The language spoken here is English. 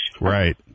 Right